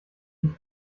dich